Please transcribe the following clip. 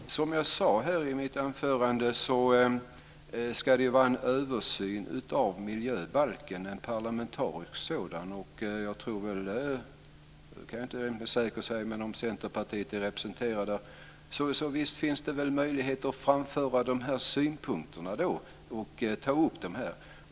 Fru talman! Som jag sade i mitt anförande ska det göras en parlamentarisk översyn av miljöbalken. Jag kan inte med säkerhet säga att Centerpartiet är representerat, men visst finns det möjligheter att i så fall framföra de här synpunkterna då.